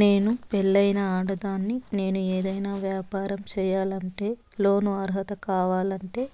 నేను పెళ్ళైన ఆడదాన్ని, నేను ఏదైనా వ్యాపారం సేయాలంటే లోను అర్హత కావాలంటే